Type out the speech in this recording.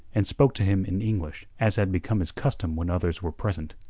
and spoke to him in english as had become his custom when others were present.